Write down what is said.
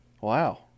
wow